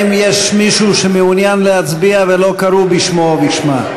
האם יש מישהו שמעוניין להצביע ולא קראו בשמו או בשמה?